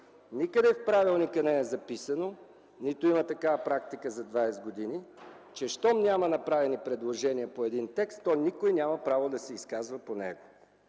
Никъде в правилника не е записано, нито има такава практика за 20 години, че щом няма направени предложения по един текст, то никой няма право да се изказва по него.